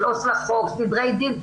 של עו"ס -- סדרי דין,